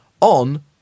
on